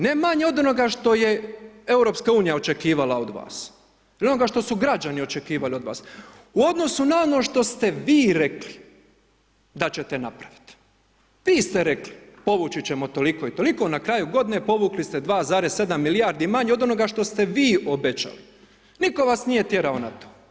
Ne manje od onoga što je EU očekivala od vas, ne od onoga što su građani očekivali od vas, u odnosu na ono što ste vi rekli da ćete napraviti, vi ste rekli, povući ćemo toliko i toliko, na kraju godine povukli ste 2,7 milijardi manje od onoga što ste vi obećali, nitko vas nije tjerao na to.